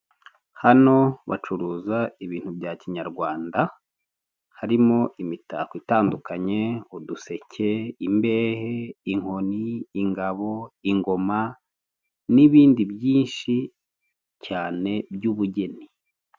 Hano bacuruza ibintu bya kinyarwanda, harimo imitako itandukanye, uduseke, imbehe, inkoni, ingabo, ingoma n'ibindi byinshi cyane by'ubugeni.